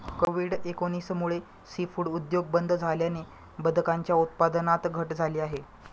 Covid एकोणीस मुळे seafood उद्योग बंद झाल्याने बदकांच्या उत्पादनात घट झाली आहे